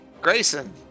Grayson